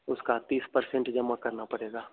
उसका तीस परसेंट जमा करना पड़ेगा